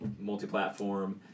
multi-platform